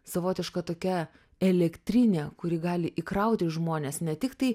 savotiška tokia elektrinė kuri gali įkrauti žmones ne tik tai